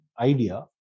idea